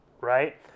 right